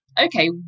Okay